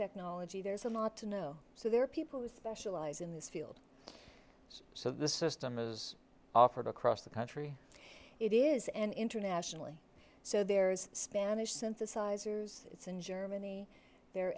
technology there's a lot to know so there are people who specialize in this field so the system has offered across the country it is and internationally so there's spanish synthesizers it's in germany they're